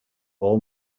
all